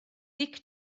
dic